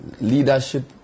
leadership